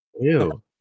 Ew